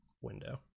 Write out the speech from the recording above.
window